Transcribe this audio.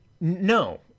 No